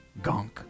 gonk